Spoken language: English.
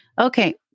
Okay